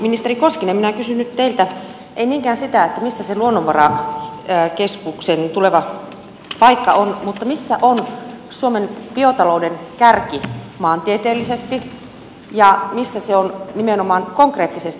ministeri koskinen minä kysyn nyt teiltä en niinkään sitä missä se luonnonvarakeskuksen tuleva paikka on mutta missä on suomen biotalouden kärki maantieteellisesti ja missä se on nimenomaan konkreettisesti